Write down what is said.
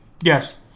Yes